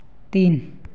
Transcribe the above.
तीन